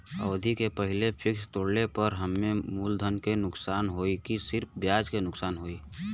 अवधि के पहिले फिक्स तोड़ले पर हम्मे मुलधन से नुकसान होयी की सिर्फ ब्याज से नुकसान होयी?